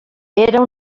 era